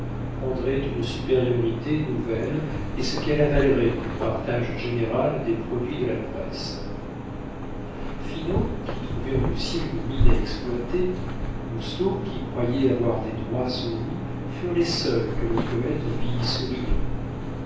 prendrait une supériorité nouvelle et ce qu'elle avalerait dans le partage général des produits de la presse finot qui trouvait en lucien une mine à exploiter lousteau qui croyait avoir des droits sur lui furent les seuls que le poète vit souriant